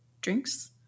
drinks